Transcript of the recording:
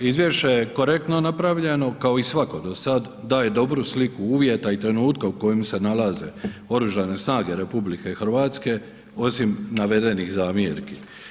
Izvješće je korektno napravljeno, kao i svako do sada, daje dobru sliku uvjeta i trenutka u kojem se nalaze Oružane snage RH, osim navedenih zamjerki.